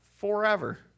forever